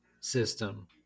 system